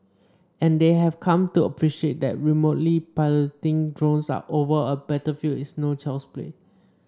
and they have come to appreciate that remotely piloting drones over a battlefield is no child's play